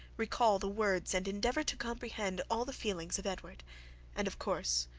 recall the words and endeavour to comprehend all the feelings of edward and, of course,